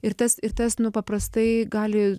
ir tas ir tas nu paprastai gali